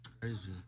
Crazy